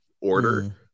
order